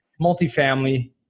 multifamily